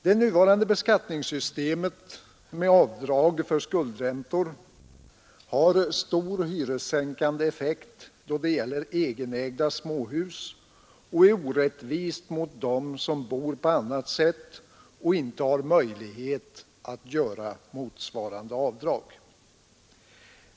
Det nuvarande beskattningssystemet med avdrag för skuldräntor har stor hyressänkande effekt då det gäller egenägda småhus och är orättvist mot dem som bor på annat sätt och inte har möjlighet att göra motsvarande avdrag.